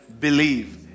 believe